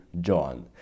John